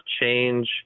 change